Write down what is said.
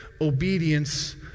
obedience